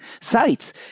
sites